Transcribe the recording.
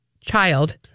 child